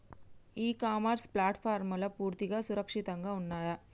ఇ commerce ప్లాట్ఫారమ్లు పూర్తిగా సురక్షితంగా ఉన్నయా?